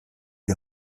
die